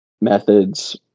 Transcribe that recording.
methods